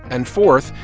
and fourth,